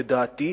לדעתי,